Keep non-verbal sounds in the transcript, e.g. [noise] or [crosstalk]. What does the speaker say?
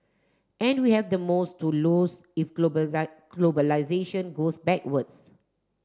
and we have the most to lose if [unintelligible] globalisation goes backwards